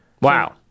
Wow